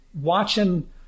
watching